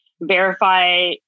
verify